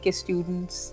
students